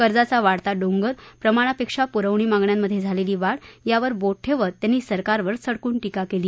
कर्जाचा वाढता डोंगर प्रमाणापेक्षा पुखणी मागण्यांमध्ये झालेली वाढ यावर बोट ठेवत सरकारवर सडकून टीका केली